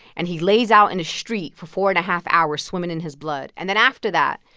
and he lays out in a street for four and a half hours swimming in his blood. and then after that,